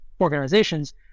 organizations